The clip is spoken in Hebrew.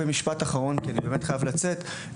במשפט אחרון כי אני חייב לצאת,